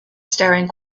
staring